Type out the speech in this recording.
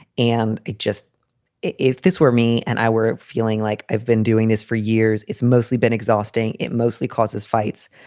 and it just if this were me and i were feeling like i've been doing this for years, it's mostly been exhausting. it mostly causes fights.